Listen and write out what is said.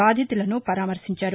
బాధితులను పరామర్శించారు